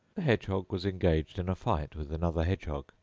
hedgehog was engaged in a fight with another hedgehog,